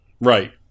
Right